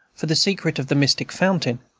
for the secret of the mystic fountain.